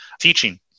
teaching